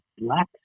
black